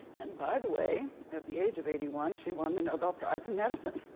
and by the way, at the age of eighty one, she won the nobel prize in medicine.